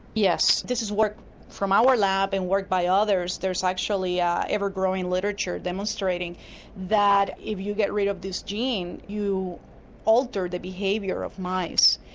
yes, this is work from our lab and work by others, there's actually yeah ever growing literature demonstrating that if you get rid of this gene you alter the behaviour of mice.